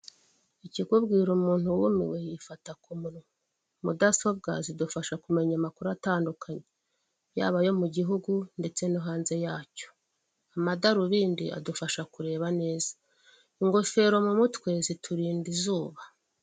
Ikikubwira umuntu wumiwe yifata ku munwa, mudasobwa zidufasha kumenya amakuru atandukanye yaba ayo mu gihugu ndetse no hanze yacyo, amadarubindi adufasha kureba neza, ingofero mu mutwe ziturinda izuba.